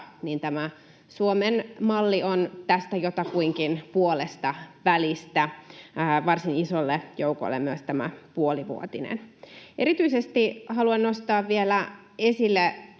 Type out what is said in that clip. Suomen malli on tästä jotakuinkin puolestavälistä varsin isolle joukolle myös tämä puolivuotinen. Erityisesti haluan nostaa vielä esille